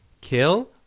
kill